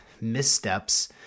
missteps